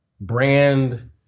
brand